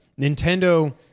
Nintendo